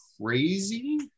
crazy